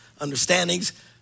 understandings